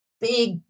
big